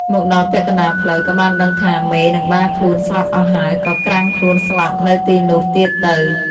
មកដល់ពាក់កណ្ដាលផ្លូវក៏បានដឹងថា មេ និងបាខ្លួនស្លាប់អស់ហើយ ក៏ក្រាំងខ្លួនស្លាប់នៅទីនោះទៀតទៅ។